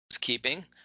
keeping